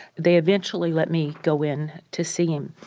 they eventually let me go in to see him.